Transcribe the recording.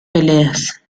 peleas